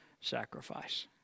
sacrifice